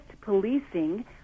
policing